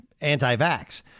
anti-vax